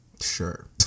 Sure